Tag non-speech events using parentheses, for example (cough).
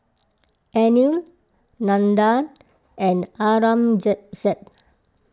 Anil Nandan and Aurangzeb (unintelligible)